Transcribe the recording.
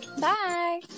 bye